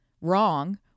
wrong